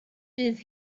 bydd